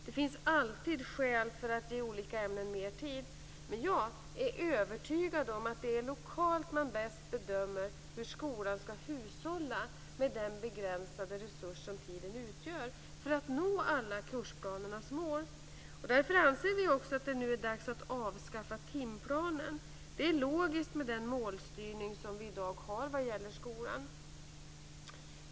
Det finns alltid skäl för att ge olika ämnen mer tid. Men jag är övertygad om att det är lokalt som man bäst bedömer hur skolan skall hushålla med den begränsade resurs som tiden utgör för att nå alla kursplanernas mål. Därför anser vi moderater också att det är nu är dags att avskaffa timplanen. Det är logiskt med den målstyrning som vi i dag har för skolan.